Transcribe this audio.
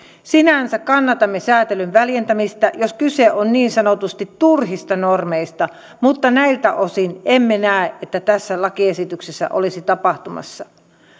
sinänsä kannatamme sääntelyn väljentämistä jos kyse on niin sanotusti turhista normeista mutta näiltä osin emme näe että tässä lakiesityksessä olisi näin tapahtumassa